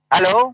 Hello